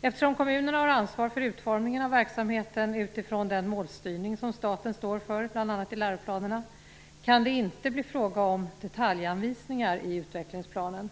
Eftersom kommunerna har ansvar för utformningen av verksamheten utifrån den målstyrning som staten står för bl.a. i läroplanerna kan det inte bli fråga om detaljanvisningar i utvecklingsplanen.